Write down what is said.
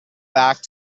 back